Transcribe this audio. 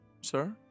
sir